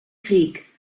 krieg